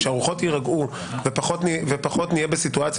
כשהרוחות יירגעו ופחות נהיה בסיטואציה